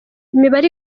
imibare